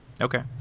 Okay